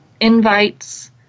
invites